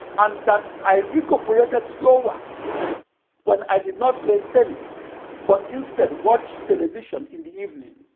and that i recuperated slower when i did not play tennis but instead watched television in the evening.